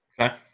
Okay